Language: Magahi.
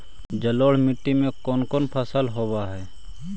जलोढ़ मट्टी में कोन कोन फसल होब है?